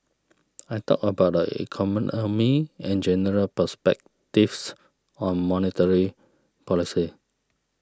I talked about the economy and general perspectives on monetary policy